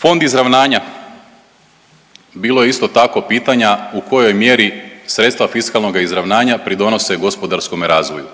Fond izravnanja. Bilo je isto tako pitanja u kojoj mjeri sredstva fiskalnoga izravnanja pridonose gospodarskome razvoju.